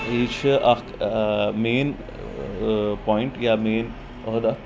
یہِ چھُ اکھ مین پوینٛٹ یا مین عہدٕ اکھ